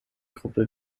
gruppe